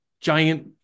giant